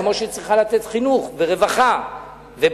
כמו שהיא צריכה לתת חינוך ורווחה ובריאות,